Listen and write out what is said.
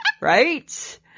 right